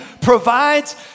provides